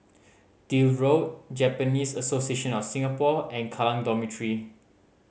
Deal Road Japanese Association of Singapore and Kallang Dormitory